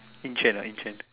in trend lah in trend